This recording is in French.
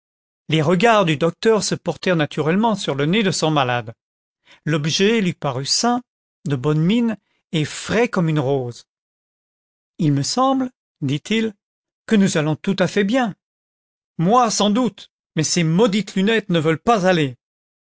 les regards du docteur se portèrent naturellement sur le nez de son malade l'objet lui parut sain de bonne mine et frais comme une rose il me semble dit-il que nous allons tout à fait bien moi sans doute mais ces maudites lunettes ne veulent pas aller